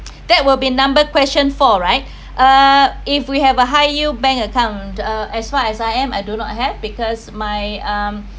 that will be number question four right uh if we have a high yield bank account uh as far as I am I do not have because my um